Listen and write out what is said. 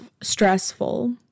stressful